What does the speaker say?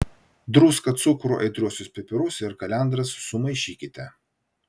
druską cukrų aitriuosius pipirus ir kalendras sumaišykite